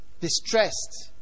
distressed